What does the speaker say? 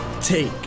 Take